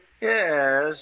Yes